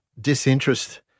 disinterest